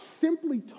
simply